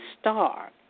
star